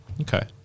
Okay